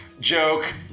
joke